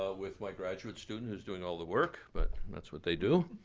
ah with my graduate student who is doing all the work, but that's what they do,